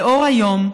לאור היום,